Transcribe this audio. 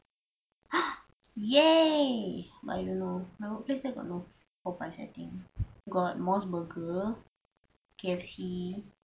!yay! but I don't know my workplace there got no Popeyes I think got mos burger K_F_C